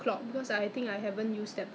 I member for many years 了 leh